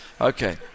Okay